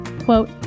quote